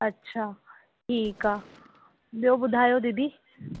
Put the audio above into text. अच्छा ठीकु आहे ॿियो ॿुधायो दीदी